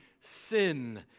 sin